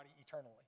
eternally